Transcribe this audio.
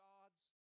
God's